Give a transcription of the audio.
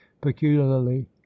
peculiarly